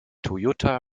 toyota